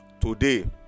Today